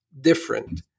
different